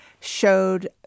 showed